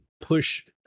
push